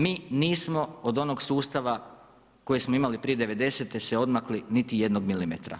Mi nismo od onoga sustava kojeg smo imali prije '90. se odmakli niti jednog milimetra.